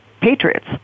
Patriots